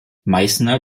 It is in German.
meißner